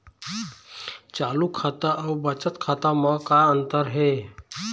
चालू खाता अउ बचत खाता म का अंतर हे?